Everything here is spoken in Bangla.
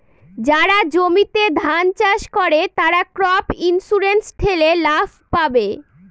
যারা জমিতে ধান চাষ করে, তারা ক্রপ ইন্সুরেন্স ঠেলে লাভ পাবে